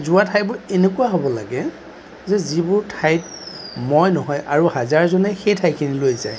যোৱা ঠাইবোৰ এনেকুৱা হ'ব লাগে যে যিবোৰ ঠাইত মই নহয় আৰু হাজাৰজনে সেই ঠাইখিনিলৈ যায়